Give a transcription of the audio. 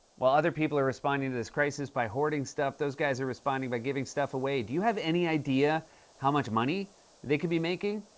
while other people are responding to this crisis by hoarding stuff, those guys are responding by giving stuff away. do you have any idea how much money they could be making?